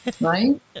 right